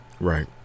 right